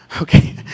Okay